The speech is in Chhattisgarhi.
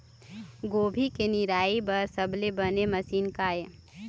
गोभी के निराई बर सबले बने मशीन का ये?